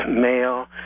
male